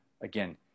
Again